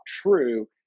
true